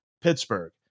Pittsburgh